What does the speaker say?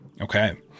Okay